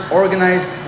organized